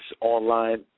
online